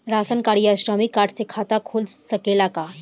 Ration card या श्रमिक card से खाता खुल सकेला का?